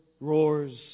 roars